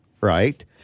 right